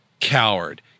coward